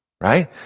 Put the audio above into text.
right